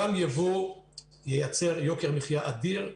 גם ייבוא ייצר יוקר מחיה אדיר,